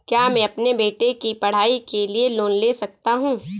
क्या मैं अपने बेटे की पढ़ाई के लिए लोंन ले सकता हूं?